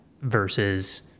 versus